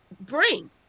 bring